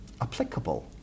applicable